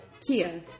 Kia